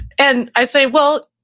and i say, well,